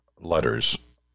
letters